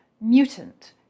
mutant